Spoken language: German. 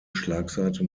schlagseite